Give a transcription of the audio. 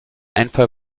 einfall